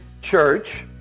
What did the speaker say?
church